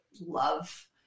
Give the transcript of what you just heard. love